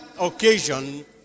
occasion